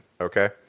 okay